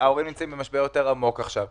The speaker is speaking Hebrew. ההורים נמצאים במשבר יותר עמוק עכשיו.